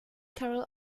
carol